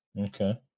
Okay